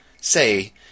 say